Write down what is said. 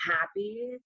happy